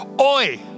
Oi